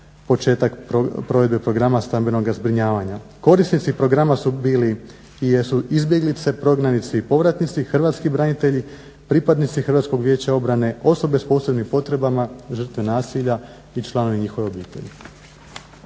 početak provedbe Programa stambenoga zbrinjavanja. Korisnici programa su bili i jesu izbjeglice, prognanici i povratnici, hrvatski branitelji, pripadnici Hrvatskog vijeća obrane, osobe s posebnim potrebama, žrtve nasilja i članovi njihove obitelji.